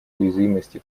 уязвимости